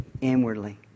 Inwardly